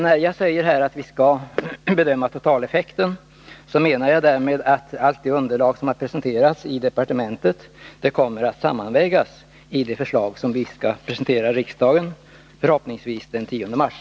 När jag säger att vi skall bedöma totaleffekten, menar jag därmed att allt det underlag som har presenterats i departementet kommer att sammanvägas i det förslag som vi skall presentera riksdagen, förhoppningsvis den 10 mars.